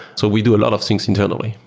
so we do a lot of things internally.